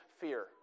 fear